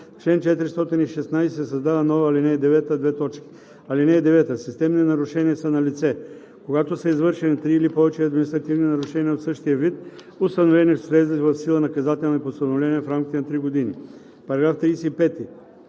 чл. 416 се създава нова ал. 9: „(9) Системни нарушения са налице, когато са извършени три или повече административни нарушения от същия вид, установени с влезли в сила наказателни постановления в рамките на три години.“ По § 35